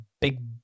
big